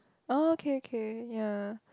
oh okay okay ya